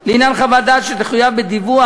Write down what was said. לעניין חוות דעת שתחויב בדיווח,